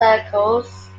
circles